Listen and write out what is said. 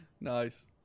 Nice